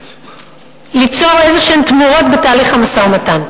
ההקפאה ליצור איזה תמורות בתהליך המשא-ומתן.